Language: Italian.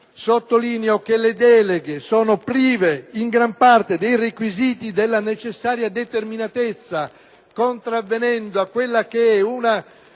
sottolineo che le deleghe sono prive in gran parte dei requisiti della necessaria determinatezza, contravvenendo a quella che è una